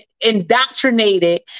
indoctrinated